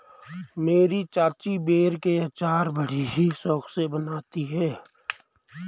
मेरी चाची बेर के अचार बड़ी ही शौक से बनाती है